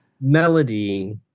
Melody